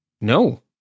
No